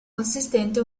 consistente